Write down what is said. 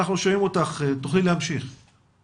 חשוב לציין שאנחנו מקיימים את השיעור הגדול בשבוע שבו